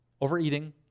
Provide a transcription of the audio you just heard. overeating